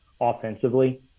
offensively